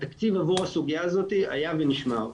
התקציב עבור הסוגיה הזאת היה ונשמר.